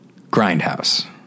Grindhouse